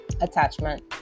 attachment